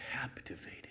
captivated